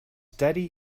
daddy